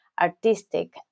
artistic